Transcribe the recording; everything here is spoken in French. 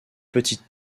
petites